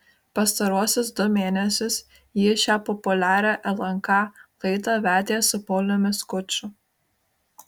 pastaruosius du mėnesius ji šią populiarią lnk laidą vedė su pauliumi skuču